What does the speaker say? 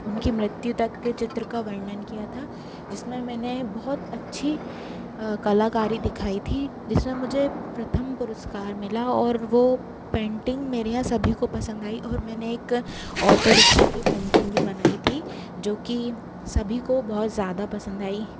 उनकी मृत्यु तक के चित्र का वर्णन किया था जिसमे मैंने बहुत अच्छी कलाकारी दिखाई थी जिसमें मुझे प्रथम पुरुस्कार मिला और वो पेंटिंग मेरे यहाँ सभी को पसंद आयी और मैंने एक ऑटोरिक्सा की पेंटिंग भी बनाई थी जोकि सभी को बहुत ज़्यादा पसंद आई